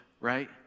right